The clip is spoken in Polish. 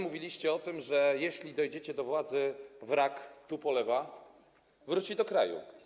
Mówiliście o tym, że jeśli dojdziecie do władzy, wrak Tupolewa wróci do kraju.